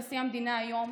נשיא המדינה היום,